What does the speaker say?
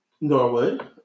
Norwood